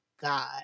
God